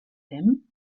him